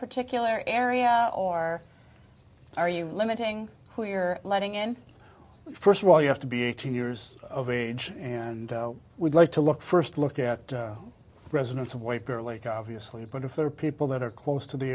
particular area or are you limiting who you're letting in first of all you have to be eighteen years of age and would like to look first look at residents of white bear lake obviously but if there are people that are close to the